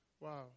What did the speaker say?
Wow